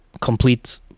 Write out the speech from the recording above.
complete